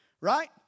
Right